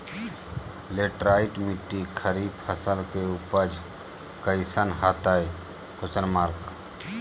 Laterite मिट्टी खरीफ फसल के उपज कईसन हतय?